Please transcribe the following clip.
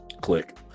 Click